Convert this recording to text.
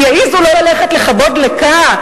הם יעזו לא ללכת לכבות דלקה?